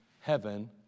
heaven